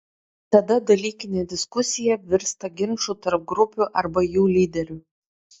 tada dalykinė diskusija virsta ginču tarp grupių arba jų lyderių